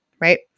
Right